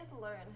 learn